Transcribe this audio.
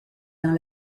dans